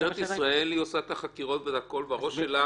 משטרת ישראל עושה חקירות ובראש שלה